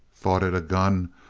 thought it a gun,